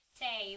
say